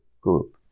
group